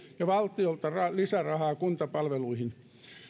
ja valtiolta lisärahaa kuntapalveluihin